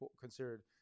considered